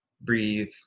breathe